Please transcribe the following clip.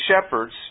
shepherds